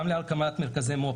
גם להקמת מרכזי מו"פ.